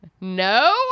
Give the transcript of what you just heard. No